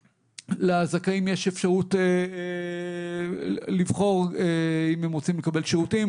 לזכאים יש אפשרות לבחור אם הם רוצים לקבל שירותים,